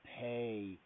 pay